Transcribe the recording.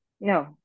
No